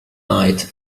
night